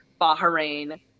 Bahrain